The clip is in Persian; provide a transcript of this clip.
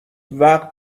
وقت